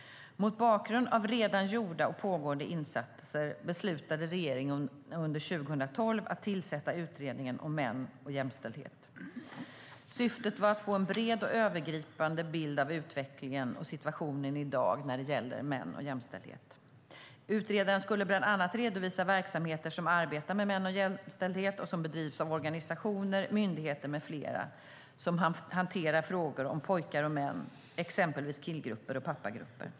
Mot bakgrund av redan gjorda och pågående insatser beslutade regeringen under 2012 att tillsätta utredningen om män och jämställdhet. Syftet var att få en bred och övergripande bild av utvecklingen och situationen i dag när det gäller män och jämställdhet. Utredaren skulle bland annat redovisa verksamheter som arbetar med män och jämställdhet och som bedrivs av organisationer, myndigheter med flera som hanterar frågor om pojkar och män, exempelvis killgrupper och pappagrupper.